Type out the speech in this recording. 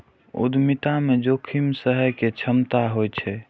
उद्यमिता मे जोखिम सहय के क्षमता होइ छै